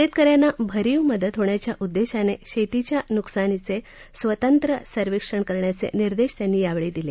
शेतकऱ्यांना भरीव मदत होण्याच्या उद्देशानं शेतीच्या नुकसानीचे स्वतंत्र सर्वेक्षण करायचे निर्देश त्यांनी यावेळी दिले